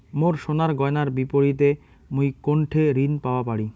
মোর সোনার গয়নার বিপরীতে মুই কোনঠে ঋণ পাওয়া পারি?